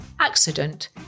Accident